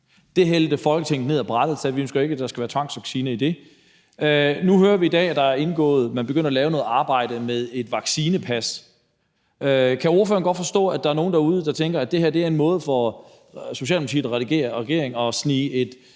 Det hældte Folketinget ned ad brættet. Vi sagde: Vi ønsker ikke, at der skal være tvangsvaccination i det forslag. Nu hører vi i dag, at man begynder at lave noget arbejde i forhold til et vaccinepas. Kan ordføreren godt forstå, at der er nogen derude, der tænker, at det her er en måde for Socialdemokratiet og regeringen de facto at